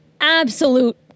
absolute